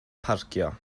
parcio